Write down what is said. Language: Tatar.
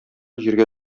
җиргә